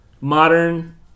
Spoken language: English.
modern